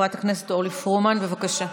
חברת הכנסת אורלי פרומן, בבקשה.